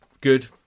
Good